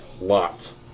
Lots